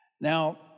Now